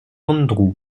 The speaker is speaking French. andrew